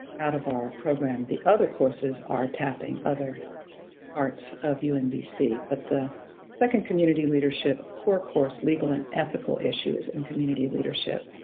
out of our program. the other courses are tapping other parts of umbc. but the second community leadership core course, legal and ethical issues in community leadership,